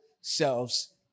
selves